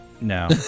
No